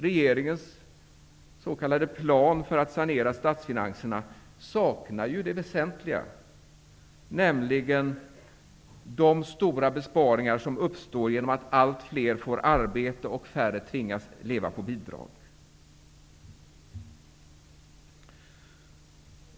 Regeringens s.k. plan för att sanera statsfinanserna saknar det väsentliga, nämligen de stora besparingar som uppstår genom att alltfler får arbete och allt färre tvingas leva på bidrag.